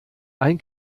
ein